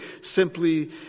simply